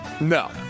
No